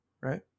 right